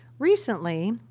Recently